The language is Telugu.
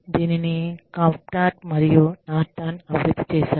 దీనిని కప్లాన్ మరియు నార్టన్ అభివృద్ధి చేశారు